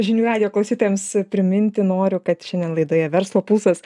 žinių radijo klausytojams priminti noriu kad šiandien laidoje verslo pulsas